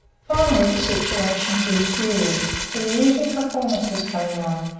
finally, the situation grew serious, for the evening performance was coming on,